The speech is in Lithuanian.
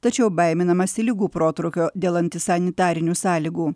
tačiau baiminamasi ligų protrūkio dėl antisanitarinių sąlygų